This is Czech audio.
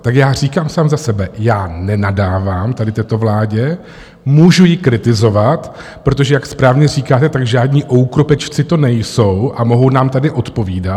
Tak já říkám sám za sebe, já nenadávám tady této vládě, můžu ji kritizovat, protože jak správně říkáte, tak žádní oukropečci to nejsou a mohou nám tady odpovídat.